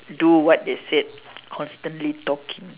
do what they said constantly talking